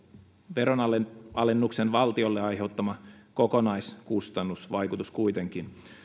veronalennuksen valtiolle aiheuttama kokonaiskustannusvaikutus kuitenkin